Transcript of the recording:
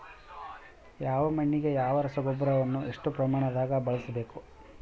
ಯಾವ ಮಣ್ಣಿಗೆ ಯಾವ ರಸಗೊಬ್ಬರವನ್ನು ಎಷ್ಟು ಪ್ರಮಾಣದಾಗ ಬಳಸ್ಬೇಕು?